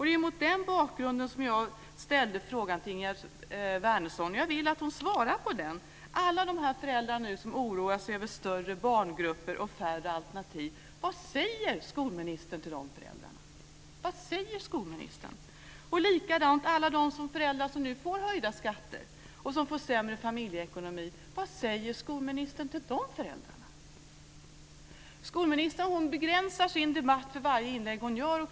Det var mot den bakgrunden jag ställde frågan till Ingegerd Wärnersson, och jag vill att hon svarar på den: Alla de föräldrar som nu oroar sig över större barngrupper och färre alternativ, vad säger skolministern till dem? Vad säger skolministern? Likadant: Alla de föräldrar som nu får höjda skatter och sämre familjeekonomi, vad säger skolministern till de föräldrarna? Skolministern begränsar sin debatt för varje inlägg hon gör.